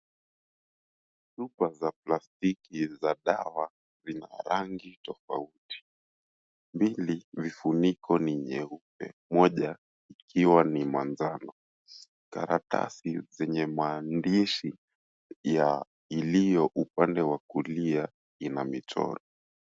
Chupa za plastiki za dawa vina rangi tofauti. Mbili vifuniko ni nyeupe, moja ikiwa ni manjano. Karatasi zenye maandishi ya iliyo upande wa kulia ina michoro.